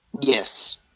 Yes